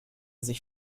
sich